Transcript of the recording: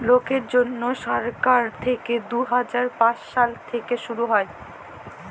লকদের জ্যনহে সরকার থ্যাইকে দু হাজার পাঁচ সাল থ্যাইকে শুরু